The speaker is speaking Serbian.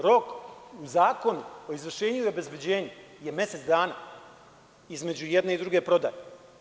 Rok u Zakonu o izvršenju i obezbeđenju je mesec dana, između jedne i druge prodaje.